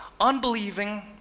unbelieving